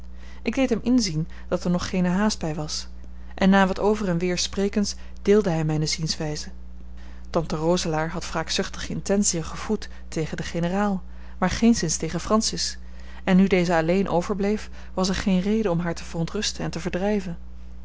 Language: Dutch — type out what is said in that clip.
ik deed hem inzien dat er nog geene haast bij was en na wat over en weer sprekens deelde hij mijne zienswijze tante roselaer had wraakzuchtige intentiën gevoed tegen den generaal maar geenszins tegen francis en nu deze alleen overbleef was er geen reden om haar te verontrusten en te verdrijven